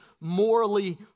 morally